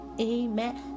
Amen